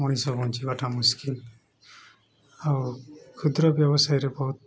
ମଣିଷ ବହଞ୍ଚିବାଟା ମୁସ୍କିଲ୍ ଆଉ କ୍ଷୁଦ୍ର ବ୍ୟବସାୟରେ ବହୁତ